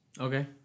Okay